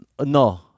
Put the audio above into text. No